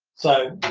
so